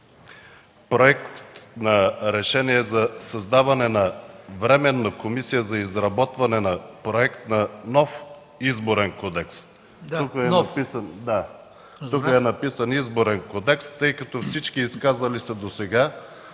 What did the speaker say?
Проект за решение за създаване на Временна комисия за изработване на проект на нов Изборен кодекс – тук е написан Изборен кодекс, тъй като всички изказали се досега